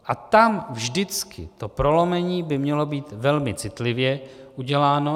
A tam vždycky to prolomení by mělo být velmi citlivě uděláno.